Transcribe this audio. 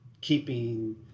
keeping